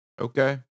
Okay